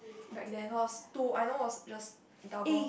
back then it was two I know it was just double